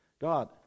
God